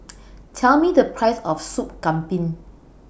Tell Me The Price of Soup Kambing